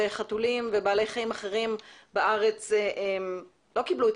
חתולים ובעלי חיים אחרים בארץ לא קיבלו את